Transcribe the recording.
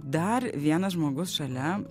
dar vienas žmogus šalia